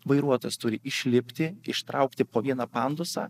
vairuotojas turi išlipti ištraukti po vieną pandusą